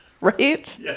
right